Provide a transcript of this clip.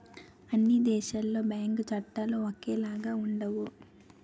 అన్ని దేశాలలో బ్యాంకు చట్టాలు ఒకేలాగా ఉండవు